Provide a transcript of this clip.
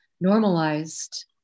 normalized